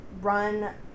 run